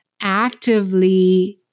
actively